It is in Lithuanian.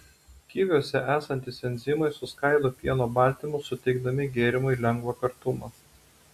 kiviuose esantys enzimai suskaido pieno baltymus suteikdami gėrimui lengvą kartumą